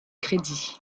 crédit